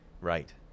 Right